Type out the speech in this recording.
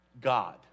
God